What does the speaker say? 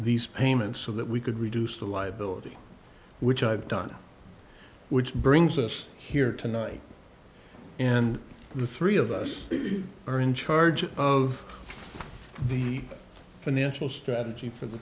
these payments so that we could reduce the liability which i've done which brings us here tonight and the three of us are in charge of the financial strategy for the